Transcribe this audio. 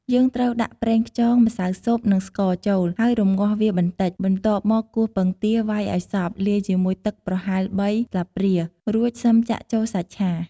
យើងត្រូវដាក់ប្រេងខ្យង ម្សៅស៊ុប និងស្ករចូល ហើយរម្ងាស់វាបន្តិច បន្ទាប់មកគោះពងទាវ៉ៃឱ្យសព្វ លាយជាមួយទឹកប្រហែល ៣ ស្លាព្រា រួចសិមចាក់ចូលសាច់ឆា។